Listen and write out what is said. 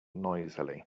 noisily